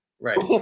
right